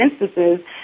instances